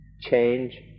change